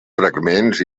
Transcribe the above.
fragments